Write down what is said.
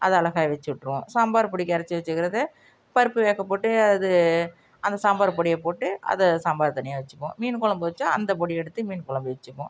அதை அழகாக வச்சுட்ருவோம் சாம்பார் பொடிக்கு அரைச்சி வைச்சிருக்கிறத பருப்பு வேகப்போட்டு அது அந்த சாம்பார் பொடியை போட்டு அதை சாம்பார் தனியாக வச்சுப்போம் மீன் குழம்பு வச்சா அந்த பொடியை எடுத்து மீன் குழம்பு வச்சுப்போம்